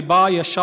אני בא ישר,